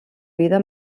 vida